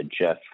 Jeff